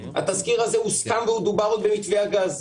התזכיר הזה הוסכם ודובר עוד במתווה הגז.